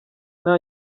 nta